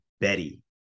Betty